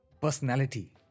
...personality